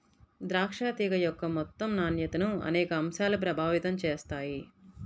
ద్రాక్ష తీగ యొక్క మొత్తం నాణ్యతను అనేక అంశాలు ప్రభావితం చేస్తాయి